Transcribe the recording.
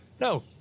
No